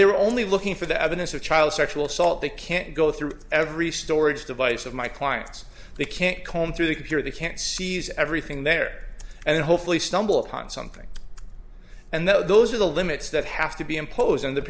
were only looking for the evidence of child sexual assault they can't go through every storage device of my clients they can't comb through the computer they can't seize everything there and hopefully stumble upon something and those are the limits that have to be imposed on the